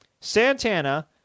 Santana